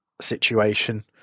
situation